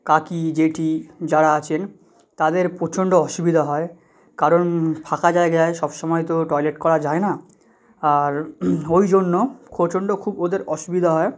কাকি জেঠি যারা আছেন তাদের প্রচণ্ড অসুবিধা হয় কারণ ফাঁকা জায়গায় সবসময় তো টয়লেট করা যায় না আর ওই জন্য খুব ওদের অসুবিধা হয়